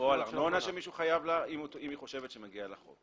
או על ארנונה שמישהו חייב לה אם היא חושבת שמגיע לה חוב.